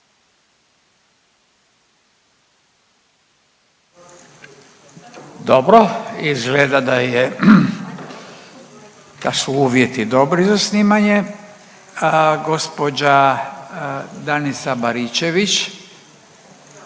Dobro, izgleda da je da su uvjeti dobri za snimanje. Gospođa Danica Baričević